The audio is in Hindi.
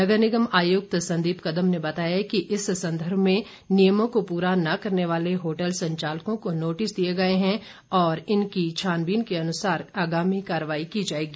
नगर निगम आयुक्त संदीप कदम ने बताया कि इस संदर्भ में नियमों को पूरा न करने वाले होटल संचालकों को नोटिस दिए गए हैं और इनकी छानबीन के अनुसार आगामी कार्रवाई की जाएगी